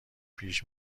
پیش